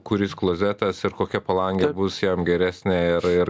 kuris klozetas ir kokia palangė bus jam geresnė ir ir